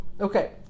okay